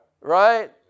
right